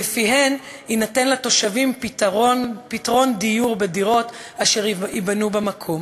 שלפיהן יינתן לתושבים פתרון דיור בדירות אשר ייבנו במקום.